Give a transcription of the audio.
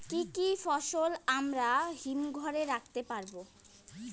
কি কি ফসল আমরা হিমঘর এ রাখতে পারব?